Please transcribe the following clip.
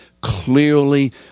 clearly